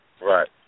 Right